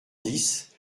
dix